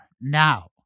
Now